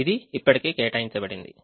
ఇది ఇప్పటికే కేటాయించబడింది